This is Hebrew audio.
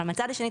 אבל מהצד השני,